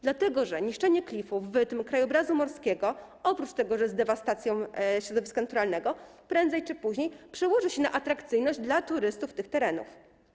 Dlatego że niszczenie klifów, wydm, krajobrazu morskiego, oprócz tego, że jest dewastacją środowiska naturalnego, prędzej czy później przełoży się na atrakcyjność tych terenów dla turystów.